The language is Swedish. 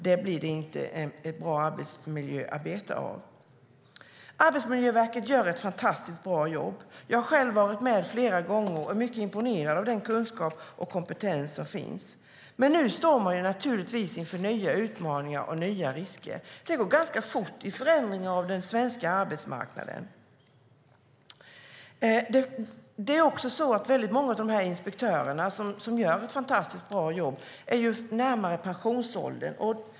Det blir det inte ett bra arbetsmiljöarbete av. Arbetsmiljöverket gör ett fantastiskt bra jobb. Jag har varit med flera gånger och är mycket imponerad av den kunskap och kompetens som finns. Men nu står man inför nya utmaningar och nya risker. Förändringen av den svenska arbetsmarknaden går ganska fort. Många av inspektörerna, som gör ett fantastiskt bra jobb, närmar sig pensionsåldern.